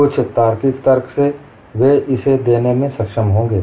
कुछ तार्किक तर्क से वे इसे देने में सक्षम होंगे